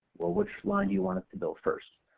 well which line do you want us to bill first.